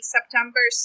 September